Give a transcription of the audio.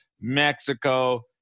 Mexico